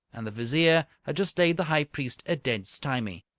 and the vizier had just laid the high priest a dead stymie.